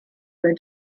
where